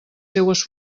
seues